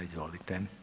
Izvolite.